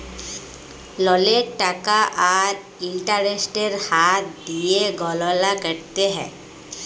ললের টাকা আর ইলটারেস্টের হার দিঁয়ে গললা ক্যরতে হ্যয়